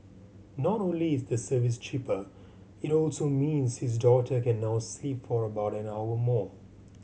not only is the service cheaper it also means his daughter can now sleep for about an hour more